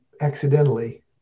accidentally